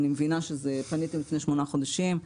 אני מבינה שפניתם לפני שמונה חודשים,